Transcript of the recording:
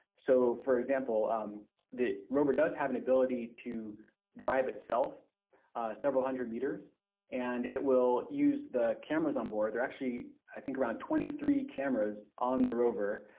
so for example um the rover does have an ability to drive itself several hundred meters and it will use the cameras on board, they're actually i think around twenty three cameras on the rover.